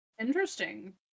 Interesting